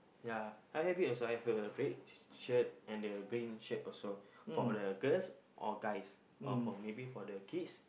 ya I have it as well I have a red shirt and a green shirt also for the girls or guys or for maybe for the kids